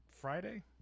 Friday